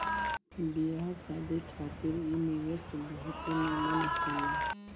बियाह शादी खातिर इ निवेश बहुते निमन होला